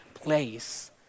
place